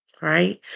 right